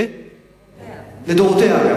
לדורותיה.